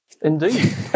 Indeed